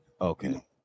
Okay